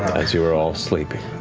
as you are all sleeping,